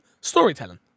Storytelling